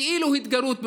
כאילו התגרות,